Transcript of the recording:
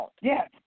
Yes